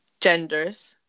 genders